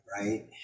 right